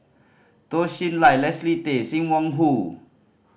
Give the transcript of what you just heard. Toh Chin Chye Leslie Tay Sim Wong Hoo